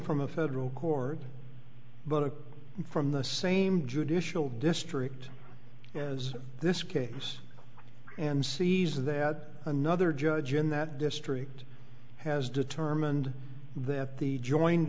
from a federal court but a from the same judicial district as this case and sees that another judge in that district has determined that the join